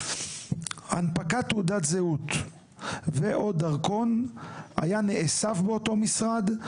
הנפקת תעודת זהות או דרכון היה נאסף באותו משרד.